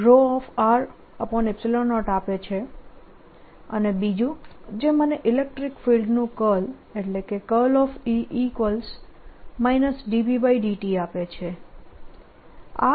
0 આપે છે અને બીજું જે મને ઇલેક્ટ્રીક ફિલ્ડનું કર્લ ∂B∂t આપે છે